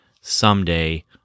Someday